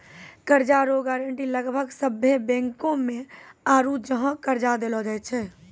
कर्जा रो गारंटी लगभग सभ्भे बैंको मे आरू जहाँ कर्जा देलो जाय छै